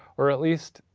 or at least.